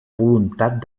voluntat